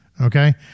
Okay